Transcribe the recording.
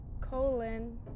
colon